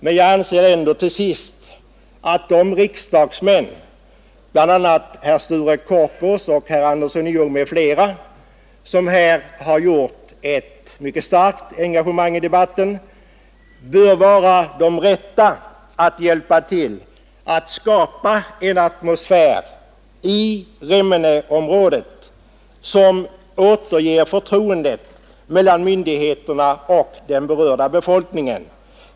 Men jag anser till sist att de riksdagsmän — herr Korpås och herr Andersson i Ljung m.fl. — som med starkt engagemang deltagit i debatten bör vara de rätta att hjälpa till att skapa en atmosfär i Remmeneområdet som återställer förtroendet mellan myndigheterna och den berörda befolkningen.